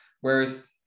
Whereas